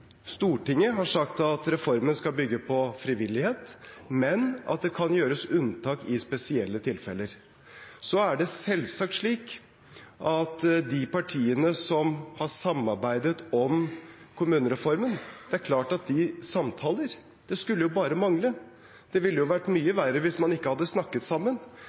Stortinget har sagt at reformen skal bygge på frivillighet, men at det kan gjøres unntak i spesielle tilfeller. Så er det selvsagt slik at de partiene som har samarbeidet om kommunereformen, samtaler, det skulle bare mangle. Det ville vært mye verre hvis man ikke hadde snakket sammen.